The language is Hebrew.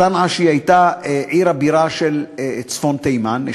צנעא, שהייתה עיר הבירה של צפון תימן.